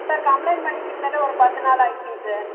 sir complaint பண்ணி கிட்டத்தட்ட ஒரு பத்து நாள் ஆயிடுச்சுங்க சார்